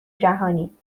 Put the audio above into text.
جهانی